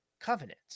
covenant